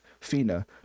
Fina